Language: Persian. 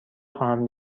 خواهم